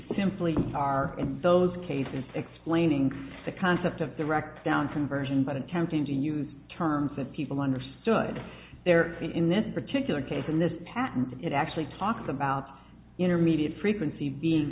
simply are in those cases explaining the concept of the wrecked down from version but attempting to use terms of people understood there in this particular case in this patent it actually talked about intermediate frequency being